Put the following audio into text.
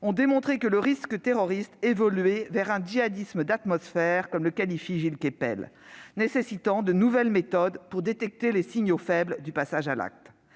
ont montré que le risque terroriste évoluait vers un « djihadisme d'atmosphère », comme le qualifie Gilles Kepel, nécessitant de nouvelles méthodes pour détecter les « signaux faibles » du passage à l'acte.